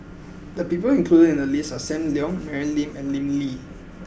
the people included in the list are Sam Leong Mary Lim and Lim Lee